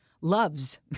loves